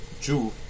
Jew